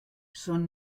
són